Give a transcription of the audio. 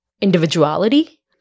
individuality